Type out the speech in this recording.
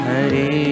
Hari